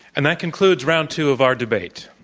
and that concludes round two of our debate.